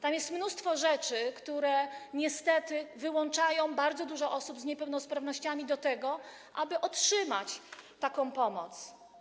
Tam jest mnóstwo rzeczy, które niestety wyłączają bardzo dużo osób z niepełnosprawnościami z tego, aby otrzymać taką pomoc.